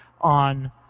on